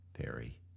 Perry